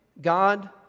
God